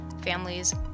families